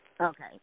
Okay